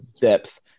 depth